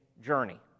journey